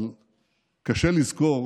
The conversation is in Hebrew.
אבל קשה לזכור